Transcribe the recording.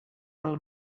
del